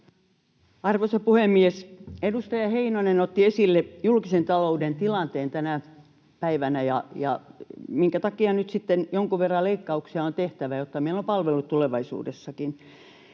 Arvoisa puhemies! Edustaja Heinonen otti esille julkisen talouden tilanteen tänä päivänä ja sen, minkä takia nyt sitten jonkun verran leikkauksia on tehtävä, jotta meillä on palvelut tulevaisuudessakin.